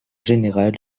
général